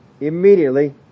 immediately